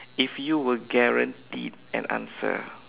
if you were guaranteed an answer